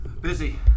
Busy